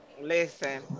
listen